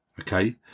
Okay